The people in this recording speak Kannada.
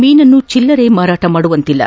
ಮೀನನ್ನು ಚಿಲ್ಲರೆಯಾಗಿ ಮಾರಾಟ ಮಾಡುವಂತಿಲ್ಲ